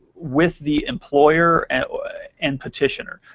with the employer and petitioner.